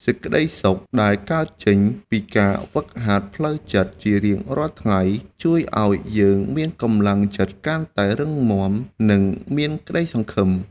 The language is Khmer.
សេចក្តីសុខដែលកើតចេញពីការហ្វឹកហាត់ផ្លូវចិត្តជារៀងរាល់ថ្ងៃជួយឱ្យយើងមានកម្លាំងចិត្តកាន់តែរឹងមាំ និង មានក្តីសង្ឃឹម។